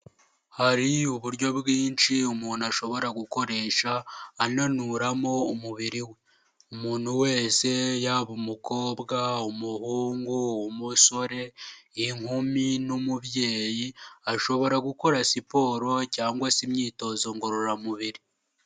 Hari uburyo bwinshi umuntu ashobora gukoresha ananuramo umubiri we, umuntu wese yaba umukobwa, umuhungu, umusore, inkumi n'umubyeyi, ashobora gukora siporo cyangwa se imyitozo ngororamubiri.